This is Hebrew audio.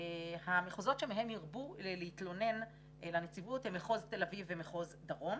בהם הרבו להתלונן לנציבות הם מחוז תל אביב ומחוז דרום,